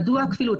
מדוע הכפילות,